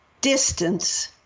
distance